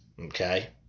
okay